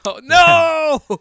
no